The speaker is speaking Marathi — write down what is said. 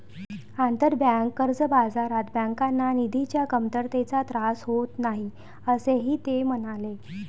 आंतरबँक कर्ज बाजारात बँकांना निधीच्या कमतरतेचा त्रास होत नाही, असेही ते म्हणाले